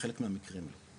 ובחלק מהמקרים לא.